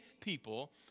people